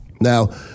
Now